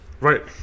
Right